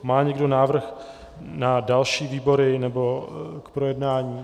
Má někdo návrh na další výbory k projednání?